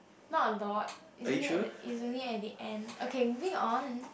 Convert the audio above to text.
not on though is only at is only at the end okay moving on